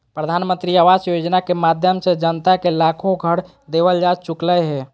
प्रधानमंत्री आवास योजना के माध्यम से जनता के लाखो घर देवल जा चुकलय हें